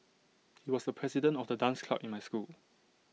he was the president of the dance club in my school